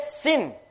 sin